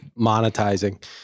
monetizing